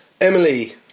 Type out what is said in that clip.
Emily